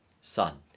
Son